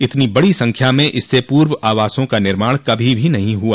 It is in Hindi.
इतनी बड़ी संख्या में इससे पूर्व आवासों का निर्माण कभी नहीं हुआ